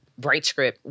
BrightScript